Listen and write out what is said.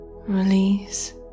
release